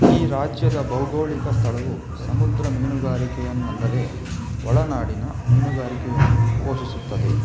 ಈ ರಾಜ್ಯದ ಭೌಗೋಳಿಕ ಸ್ಥಳವು ಸಮುದ್ರ ಮೀನುಗಾರಿಕೆಯನ್ನಲ್ಲದೇ ಒಳನಾಡಿನ ಮೀನುಗಾರಿಕೆಯನ್ನೂ ಪೋಷಿಸುತ್ತದೆ